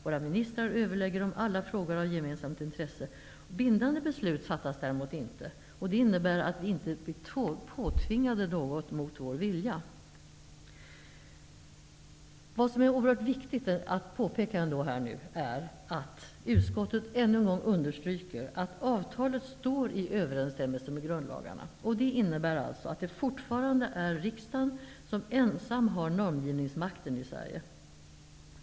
Våra ministrar överlägger om alla frågor av gemensamt intresse. Bindande beslut fattas däremot inte, och det innebär att vi inte blir påtvingade något mot vår vilja. Det är emellertid viktigt att påpeka att utskottet ännu en gång understryker att avtalet står i överensstämmelse med grundlagarna. Fortfarande är det alltså riksdagen som ensam har normgivningsmakten i Sverige.